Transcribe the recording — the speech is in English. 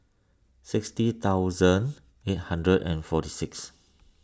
sixty thousand eight hundred and forty six